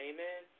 Amen